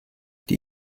die